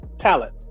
talent